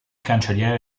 cancelliere